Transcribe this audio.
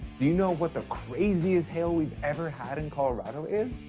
do you know what the craziest hail we've ever had in colorado is?